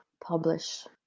publish